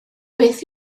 beth